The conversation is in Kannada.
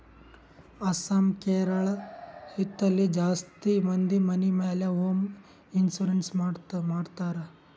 ಅಸ್ಸಾಂ, ಕೇರಳ, ಹಿಂತಲ್ಲಿ ಜಾಸ್ತಿ ಮಂದಿ ಮನಿ ಮ್ಯಾಲ ಹೋಂ ಇನ್ಸೂರೆನ್ಸ್ ಮಾಡ್ತಾರ್